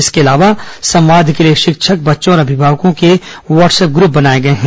इसके अलावा संवाद के लिए शिक्षक बच्चों और अभिभावकों के व्हाट्सअप ग्रृप बनाए गए हैं